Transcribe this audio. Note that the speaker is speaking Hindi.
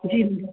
जी